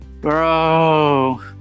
Bro